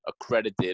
accredited